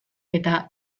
eta